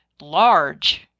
large